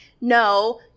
no